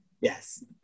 yes